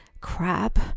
crap